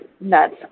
nuts